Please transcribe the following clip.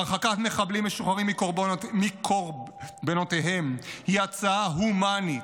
הרחקת מחבלים משוחררים מקורבנותיהם היא הצעה הומנית,